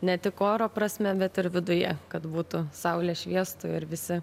ne tik oro prasme bet ir viduje kad būtų saulė šviestų ir visi